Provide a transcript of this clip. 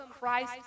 Christ